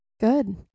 good